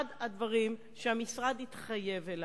אחד הדברים שהמשרד התחייב לו